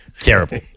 terrible